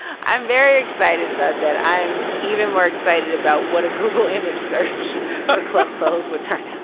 i'm very excited about that. i'm even more excited about what a google image search ah club closed would turn.